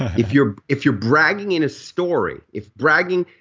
if you're if you're bragging in a story, if bragging,